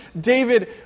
David